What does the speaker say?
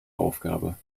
aufgabe